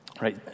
Right